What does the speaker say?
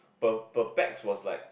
per per pax was like